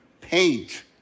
paint